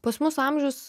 pas mus amžiaus